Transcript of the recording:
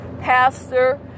pastor